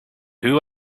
who